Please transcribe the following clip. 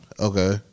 Okay